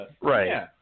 right